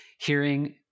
hearing